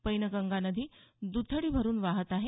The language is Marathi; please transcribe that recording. पैनगंगा नदी द्रथडी भरून वाहत आहे